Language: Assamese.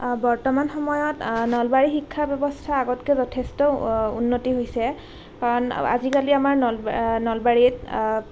বৰ্তমান সময়ত নলবাৰী শিক্ষা ব্যৱস্থা আগতকৈ যথেষ্ট উন্নতি হৈছে কাৰণ আজিকালি আমাৰ নল নলবাৰীত